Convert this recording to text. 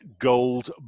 Gold